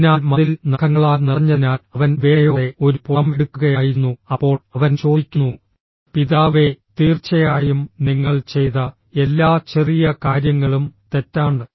അതിനാൽ മതിൽ നഖങ്ങളാൽ നിറഞ്ഞതിനാൽ അവൻ വേദനയോടെ ഒരു പുറം എടുക്കുകയായിരുന്നു അപ്പോൾ അവൻ ചോദിക്കുന്നു പിതാവേ തീർച്ചയായും നിങ്ങൾ ചെയ്ത എല്ലാ ചെറിയ കാര്യങ്ങളും തെറ്റാണ്